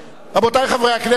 רבותי חברי הכנסת,